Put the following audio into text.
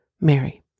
Mary